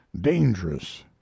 dangerous